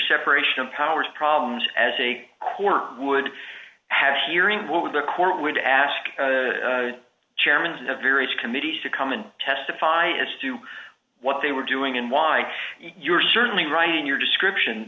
separation of powers problems as a court would have hearing what would the court would ask chairmans in the various committees to come and testify as to what they were doing and why you're certainly right in your description